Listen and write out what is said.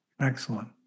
Excellent